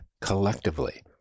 collectively